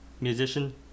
musician